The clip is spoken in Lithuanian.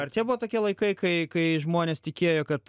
ar čia buvo tokie laikai kai kai žmonės tikėjo kad